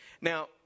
Now